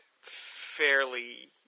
fairly